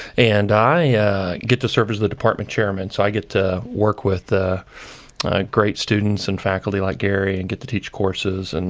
and i yeah get to serve as the department chairman, so i get to work with great students and faculty like gary, and get to teach courses. and